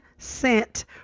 Cent